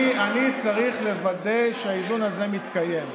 אני צריך לוודא שהאיזון הזה מתקיים.